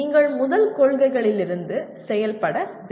நீங்கள் முதல் கொள்கைகளிலிருந்து செயல்பட வேண்டும்